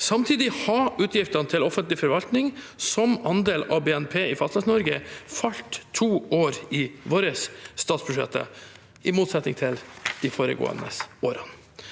Samtidig har utgiftene til offentlig forvaltning som andel av BNP i Fastlands-Norge falt i våre statsbudsjetter i to år, i motsetning til de foregående årene.